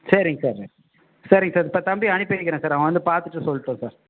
சரிங்க சார் சரி சரிங்க சார் இப்போ தம்பியை அனுப்பி வைக்கிறேன் சார் அவன் வந்து பார்த்துட்டு சொல்லட்டும் சார்